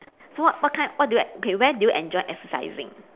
so what what kind what do okay where do you enjoy exercising